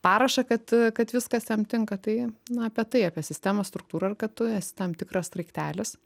parašą kad kad viskas jiem tinka tai na apie tai apie sistemos struktūrą ir kad tu esi tam tikras sraigtelis